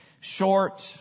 short